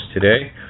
today